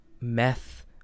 meth